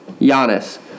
Giannis